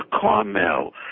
Carmel